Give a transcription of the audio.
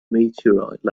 meteorite